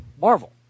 Marvel